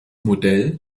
modell